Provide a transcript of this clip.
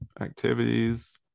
Activities